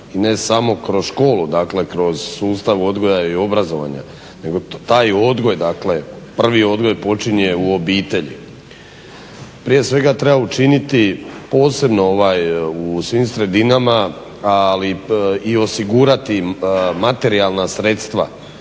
ne samo kroz školu, dakle kroz sustav odgoja i obrazovanja, nego taj odgoj, dakle prvi odgoj počinje u obitelji. Prije svega treba učiniti posebno u svim sredinama ali i osigurati im materijalna sredstva.